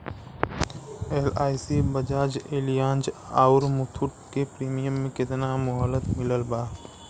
LIC Bajaj Allianz आउर मुथूट के premium के केतना मुहलत मिलल बा?